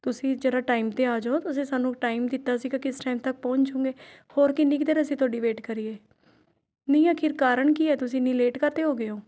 ਤੁਸੀਂ ਜ਼ਰਾ ਟਾਈਮ 'ਤੇ ਆ ਜਾਉ ਤੁਸੀਂ ਸਾਨੂੰ ਟਾਈਮ ਦਿੱਤਾ ਸੀ ਕਿ ਇਸ ਟਾਈਮ ਤੱਕ ਪਹੁੰਚ ਜਾਉਂਗੇ ਹੋਰ ਕਿੰਨੀ ਕੁ ਦੇਰ ਅਸੀਂ ਤੁਹਾਡੀ ਵੇਟ ਕਰੀਏ ਨਹੀਂ ਆਖਰ ਕਾਰਨ ਕੀ ਹੈ ਤੁਸੀਂ ਐਨੀ ਲੇਟ ਕਿਉਂ ਹੋ ਗਏ ਹੋ